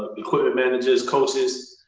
equipment managers, coaches.